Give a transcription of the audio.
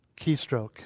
keystroke